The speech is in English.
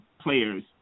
players